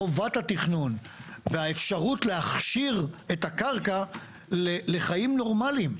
חובת התכנון והאפשרות להכשיר את הקרקע לחיים נורמליים.